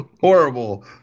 Horrible